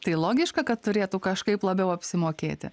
tai logiška kad turėtų kažkaip labiau apsimokėti